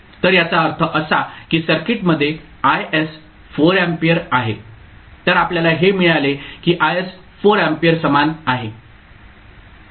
तर याचा अर्थ असा की सर्किटमध्ये Is 4 अँपिअर आहे तर आपल्याला हे मिळाले की Is 4 अँपिअर समान आहे